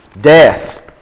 death